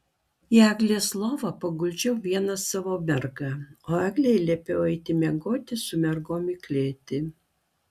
į eglės lovą paguldžiau vieną savo mergą o eglei liepiau eiti miegoti su mergom į klėtį